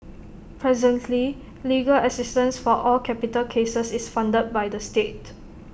presently legal assistance for all capital cases is funded by the state